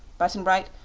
button-bright,